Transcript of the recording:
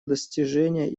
достижение